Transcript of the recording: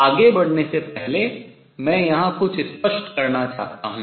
आगे बढ़ने से पहले मैं यहां कुछ स्पष्ट करना चाहता हूँ